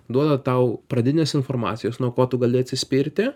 duoda tau pradinės informacijos nuo ko tu gali atsispirti